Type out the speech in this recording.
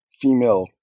female